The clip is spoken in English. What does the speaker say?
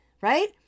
right